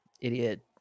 idiot